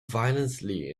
violently